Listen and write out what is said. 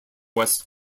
west